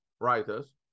writers